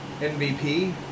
MVP